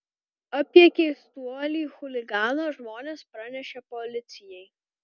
apie keistuolį chuliganą žmonės pranešė policijai